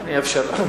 אני אאפשר לך.